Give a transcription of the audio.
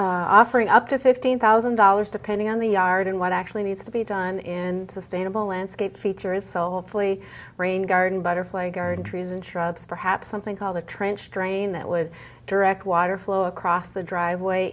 we're offering up to fifteen thousand dollars depending on the yard and what actually needs to be done in sustainable landscape features soulfully rain garden butterfly garden trees and shrubs perhaps something called a trench drain that would direct water flow across the driveway